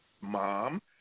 mom